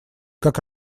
как